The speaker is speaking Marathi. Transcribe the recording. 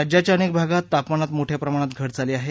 राज्याच्या अनेक भागात तापमानात मोठ्या प्रमाणात घट झाली आहे